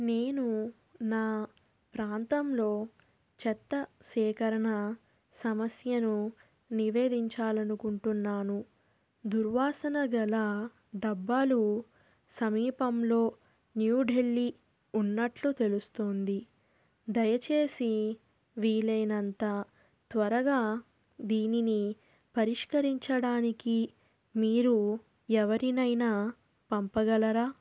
నేను నా ప్రాంతంలో చెత్త సేకరణ సమస్యను నివేదించాలనుకుంటున్నాను దుర్వాసనగల డబ్బాలు సమీపంలో న్యూఢిల్లీ ఉన్నట్లు తెలుస్తోంది దయచేసి వీలైనంత త్వరగా దీనిని పరిష్కరించడానికి మీరు ఎవరినైనా పంపగలరా